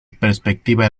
perspectiva